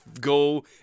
go